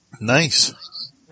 Nice